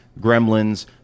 Gremlins